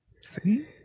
See